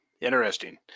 Interesting